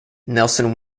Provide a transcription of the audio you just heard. nelson